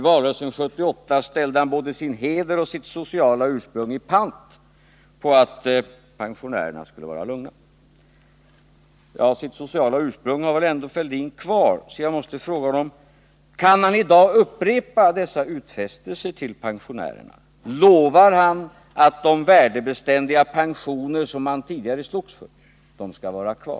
I valrörelsen 1978 lämnade han både sin heder och sitt sociala ursprung i pant på att pensionärerna skulle kunna känna sig lugna. Sitt sociala ursprung har väl Thorbjörn Fälldin ändå kvar, så jag måste fråga honom: Kan Thorbjörn Fälldin i dag upprepa dessa utfästelser till pensionärerna? Lovar Thorbjörn Fälldin att de värdebeständiga pensioner som han tidigare slogs för skall vara kvar?